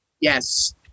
Yes